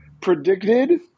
predicted